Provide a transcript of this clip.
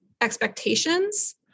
expectations